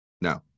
no